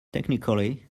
technically